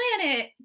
planet